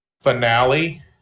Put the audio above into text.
finale